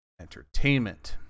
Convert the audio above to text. Entertainment